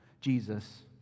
Jesus